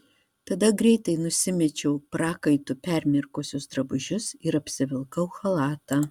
tada greitai nusimečiau prakaitu permirkusius drabužius ir apsivilkau chalatą